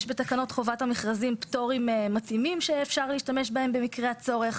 יש בתקנות חובת המכרזים פטורים מתאימים שאפשר להשתמש בהם במקרה הצורך.